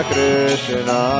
Krishna